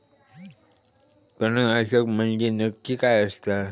तणनाशक म्हंजे नक्की काय असता?